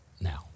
now